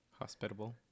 hospitable